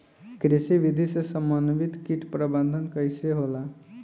कृषि विधि से समन्वित कीट प्रबंधन कइसे होला?